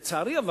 אבל לצערי,